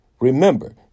remember